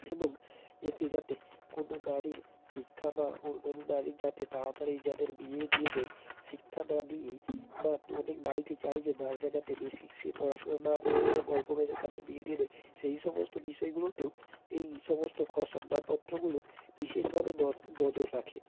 এবং এতে যাতে কোনো নারীর শিক্ষা বা ও কোনো নারীর যাতে তাড়াতাড়ি যাদের বিয়ে দিয়ে দেয় শিক্ষা না দিয়েই বা অনেক বাড়িতে চায় যে নারীরা যাতে বেশি সে পড়াশুনো না করুক এবং অল্প বয়সে তাদের বিয়ে দিয়ে দেয় সেই সমস্ত বিষয়গুলোতেও এই সমস্ত সংবাদপত্রগুলো বিশেষভাবে নজর রাখে